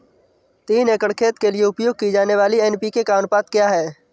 तीन एकड़ खेत के लिए उपयोग की जाने वाली एन.पी.के का अनुपात क्या है?